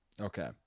Okay